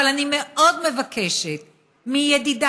אבל אני מאוד מבקשת מידידיי,